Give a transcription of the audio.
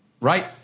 right